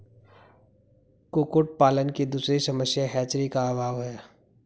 कुक्कुट पालन की दूसरी समस्या हैचरी का अभाव है